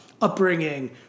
upbringing